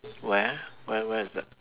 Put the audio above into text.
where where where is that